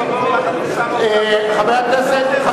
השר שטייניץ.